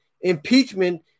impeachment